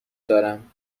دارم